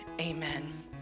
amen